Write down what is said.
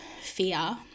fear